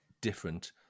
different